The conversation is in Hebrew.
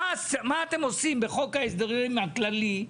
מה אתם עושים בחוק ההסדרים הכללי,